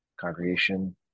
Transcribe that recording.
congregation